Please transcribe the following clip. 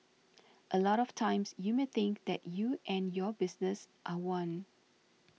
a lot of times you may think that you and your business are one